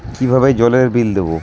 কিভাবে জলের বিল দেবো?